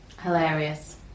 Hilarious